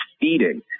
feeding